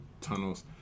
tunnels